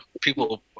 people